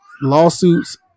lawsuits